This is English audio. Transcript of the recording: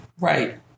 Right